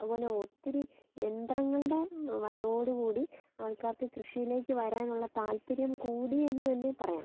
അതുപോലെ ഒത്തിരി യന്ത്രങ്ങളുടെ വരവോടുകൂടി ആൾക്കാർക്ക് കൃഷിയിലേക്ക് വരാനുള്ള താൽപ്പര്യം കൂടി എന്ന് തന്നെ പറയാം